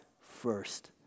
first